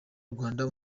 rwanda